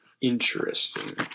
interesting